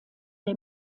der